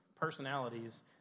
personalities